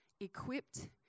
equipped